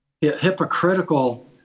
hypocritical